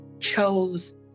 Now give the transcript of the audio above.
chose